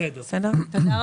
בסדר.